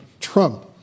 Trump